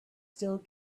still